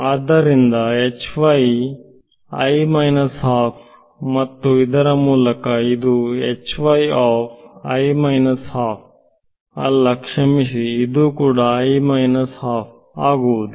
ಆದ್ದರಿಂದಮತ್ತು ಇದರ ಮೂಲಕ ಇದು ಅಲ್ಲ ಕ್ಷಮಿಸಿ ಇದು ಕೂಡ ಆಗುವುದು